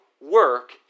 work